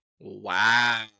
Wow